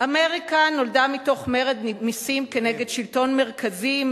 אמריקה נולדה מתוך מרד מסים כנגד שלטון מרכזי,